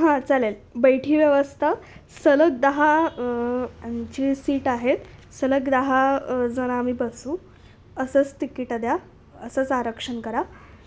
हां चालेल बैठी व्यवस्था सलग दहा आमची सीट आहेत सलग दहा जणं आम्ही बसू असंच तिकिटं द्या असंच आरक्षण करा